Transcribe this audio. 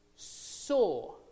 saw